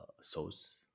sauce